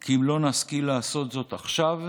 כי אם לא נשכיל לעשות זאת עכשיו,